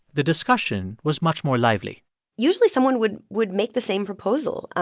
the discussion was much more lively usually, someone would would make the same proposal.